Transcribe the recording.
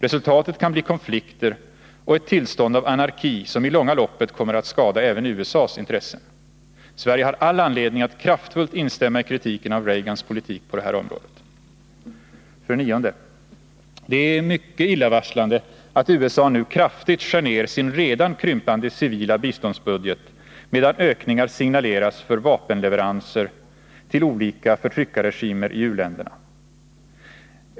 Resultatet kan bli konflikter och ett tillstånd av anarki, som i det långa loppet kommer att skada även USA:s intressen. Sverige har all anledning att kraftfullt instämma i kritiken av Reagans politik på det här området. 9. Det är mycket illavarslande att USA nu kraftigt skär ned sin redan krympande civila biståndsbudget, medan ökningar signaleras för vapenleveranser till olika förtryckarregimer i u-länderna.